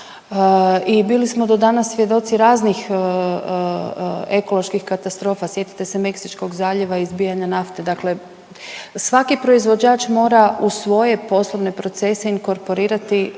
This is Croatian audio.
I bili smo do danas svjedoci raznih ekoloških katastrofa, sjetite se Meksičkog zaljeva izbijanja nafte. Dakle, svaki proizvođač mora u svoje poslovne procese inkorporirati